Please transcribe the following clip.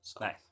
Nice